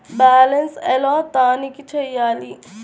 Balance ఎలా తనిఖీ చేయాలి?